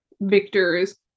victors